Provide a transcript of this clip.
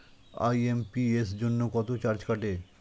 IMPS জন্য কত charge কাটে?